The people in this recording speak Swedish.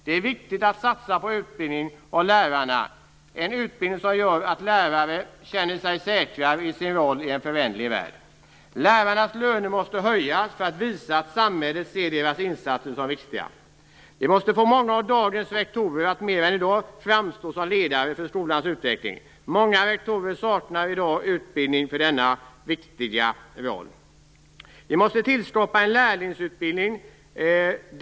Det är viktigt att satsa på utbildning av lärarna, en utbildning som gör att lärare känner sig säkrare i sin roll i en föränderlig värld. Lärarnas löner måste höjas, så att det framgår att samhället ser deras insatser som viktiga. Vi måste få många rektorer att mer än i dag framstå som ledare för skolans utveckling. Många rektorer saknar i dag utbildning för denna viktiga roll. Vi måste skapa en lärlingsutbildning.